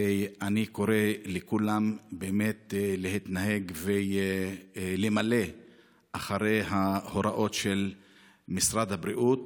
ואני קורא לכולם למלא אחר ההוראות של משרד הבריאות,